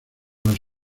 los